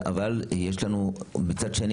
אבל יש לנו מהצד השני